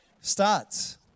starts